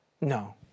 No